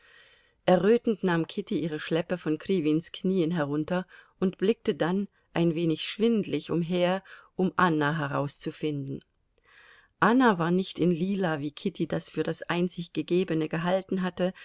errötend nahm kitty ihre schleppe von kriwins knien herunter und blickte dann ein wenig schwindlig umher um anna herauszufinden anna war nicht in lila wie kitty das für das einzig gegebene gehalten hatte